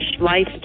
Life